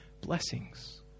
blessings